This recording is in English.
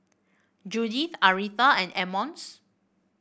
Judyth Aretha and Emmons